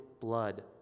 blood